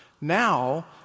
now